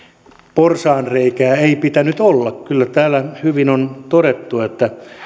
porsaanreikää ei pitänyt olla kyllä täällä hyvin on todettu että